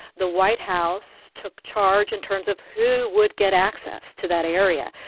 the white house took charge in terms of who would get access to that area.